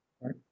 Right